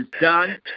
done